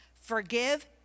forgive